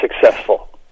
successful